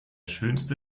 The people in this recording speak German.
schönste